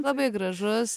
labai gražus